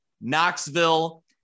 Knoxville